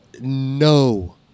No